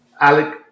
Alec